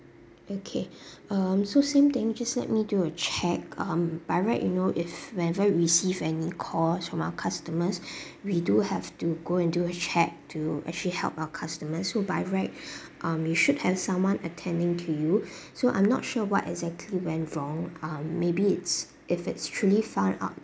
okay um so same thing just let me do a check um by right you know if whenever receive any calls from our customers we do have to go and do a check to actually help our customers so by right um you should have someone attending to you so I'm not sure what exactly went wrong um maybe it's if it's truly find out